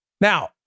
Now